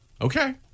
Okay